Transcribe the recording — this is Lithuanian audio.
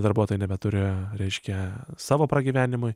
darbuotojai nebeturi reiškia savo pragyvenimui